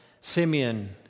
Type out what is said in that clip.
Simeon